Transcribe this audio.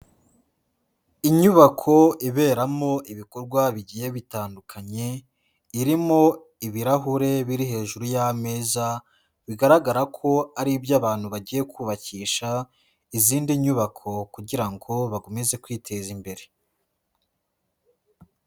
Inyubako iberamo ibikorwa bigiye bitandukanye, irimo ibirahure biri hejuru y'ameza, bigaragara ko ari iby'abantu bagiye kubakisha izindi nyubako kugira ngo bakomeze kwiteza imbere.